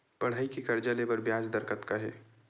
पढ़ई के कर्जा ले बर ब्याज दर कतका हे?